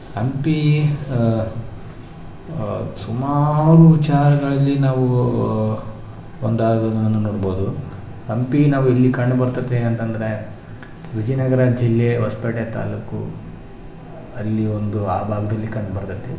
ಹಂಪಿ ಸುಮಾರು ವಿಚಾರಗಳಲ್ಲಿ ನಾವು ಒಂದಾಗೋದನ್ನು ನೋಡ್ಬೌದು ಹಂಪಿ ನಾವು ಎಲ್ಲಿ ಕಾಣ್ಬರ್ತತೆ ಅಂತಂದರೆ ವಿಜಯನಗರ ಜಿಲ್ಲೆ ಹೊಸ್ಪೇಟೆ ತಾಲೂಕು ಅಲ್ಲಿ ಒಂದು ಆ ಭಾಗದಲ್ಲಿ ಕಂಡ್ಬರ್ತತಿ